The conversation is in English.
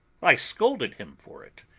i scolded him for it,